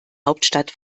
hauptstadt